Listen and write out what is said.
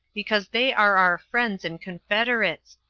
because they are our friends and confederates,